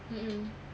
mmhmm